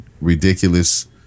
Ridiculous